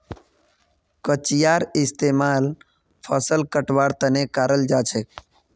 कचियार इस्तेमाल फसल कटवार तने कराल जाछेक